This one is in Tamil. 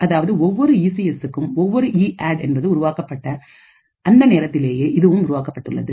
அதாவது ஒவ்வொரு ஈ சி எஸ்க்கும் ஒவ்வொரு இஅட் என்பது உருவாக்கப்பட்ட அந்த நேரத்திலேயே இதுவும் உருவாக்கப்பட்டது